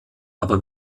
aber